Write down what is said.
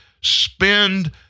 spend